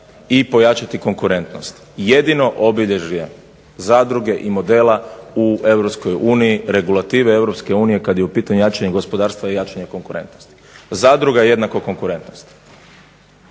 i pojačati konkurentnost. Jedino obilježje zadruge i modela u Europskoj uniji, regulative Europske unije, kad je u pitanju jačanje gospodarstva i jačanje konkurentnosti. Zadruga jednako konkurentnost.